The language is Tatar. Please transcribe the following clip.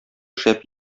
шәп